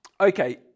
Okay